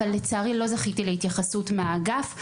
אבל לצערי לא זכיתי להתייחסות מהאגף.